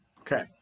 Okay